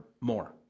more